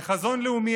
ב"חזון לאומי,